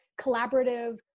collaborative